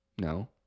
no